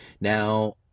Now